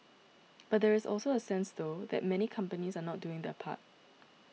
but there is also a sense though that many companies are not doing their part